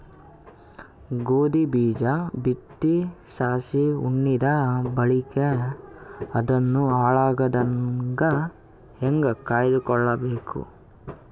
ಗೋಧಿ ಬೀಜ ಬಿತ್ತಿ ಸಸಿ ಹುಟ್ಟಿದ ಬಳಿಕ ಅದನ್ನು ಹಾಳಾಗದಂಗ ಹೇಂಗ ಕಾಯ್ದುಕೊಳಬೇಕು?